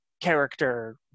character